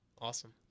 Awesome